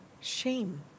Shame